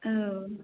औ